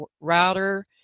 router